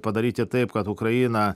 padaryti taip kad ukraina